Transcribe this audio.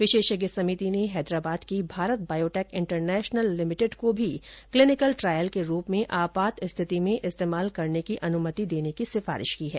विशेषज्ञ समिति ने हैदराबाद की भारत बायोटैक इंटरनेशनल लिमिटेड को भी क्लिनिकल ट्रायल के रूप मेंआपात स्थिति में इस्तेमाल करने की अनुमति देने की सिफारिश की है